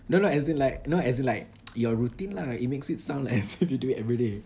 no no as in like know as in like your routine lah it makes it sound like as if you do it every day